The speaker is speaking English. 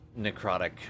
necrotic